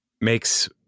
makes